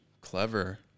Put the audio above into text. Clever